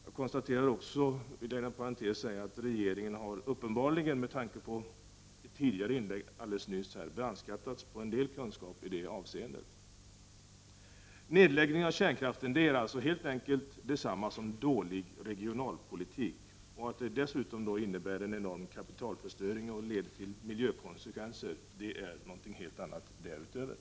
Jag konstaterar inom parentes också att regeringen med tanke på ett tidigare inlägg alldeles nyss uppenbarligen har brandskattats på en del kunskap i det här avseendet. Nedläggning av kärnkraften är därför helt enkelt detsamma som dålig regionalpolitik. Att det dessutom innebär en enorm kapitalförstöring och leder till miljökonsekvenser är en helt annan sak.